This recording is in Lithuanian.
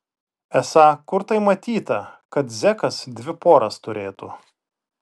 esą kur tai matyta kad zekas dvi poras turėtų